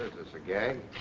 this, a gag?